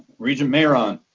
regent mayeron?